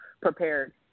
prepared